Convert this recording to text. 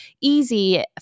easy